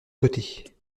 côté